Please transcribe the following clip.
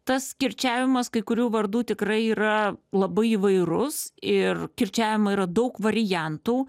tas kirčiavimas kai kurių vardų tikrai yra labai įvairus ir kirčiavimo yra daug variantų